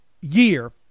year